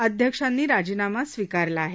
अध्यक्षांनी राजीनामा स्वीकारला आहे